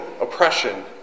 oppression